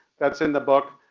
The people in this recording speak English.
that's in the book.